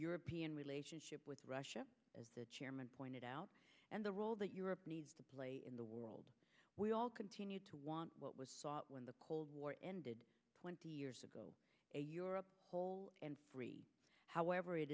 european relationship with russia as the chairman pointed out and the role that europe needs to play in the world we all continue to want what was in the cold war ended twenty years ago a europe whole and free however it